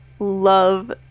love